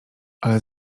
ale